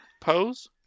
Pose